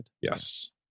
Yes